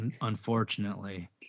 Unfortunately